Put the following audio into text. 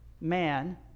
man